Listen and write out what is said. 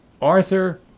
Arthur